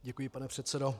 Děkuji, pane předsedo.